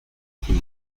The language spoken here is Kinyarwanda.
kintu